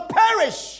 perish